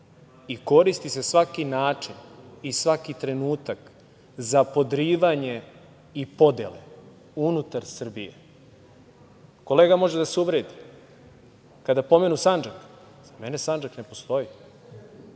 i koristi se svaki način i svaki trenutak za podrivanje i podele unutar Srbije. Kolega može da se uvredi, kada pomenu Sandžak, za mene Sandžak ne postoji.